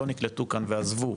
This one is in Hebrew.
לא נקלטו כאן ועזבו,